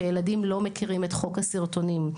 שילדים לא מכירים את חוק הסרטונים.